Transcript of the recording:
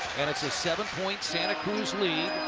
and it's a seven-point santa cruz lead.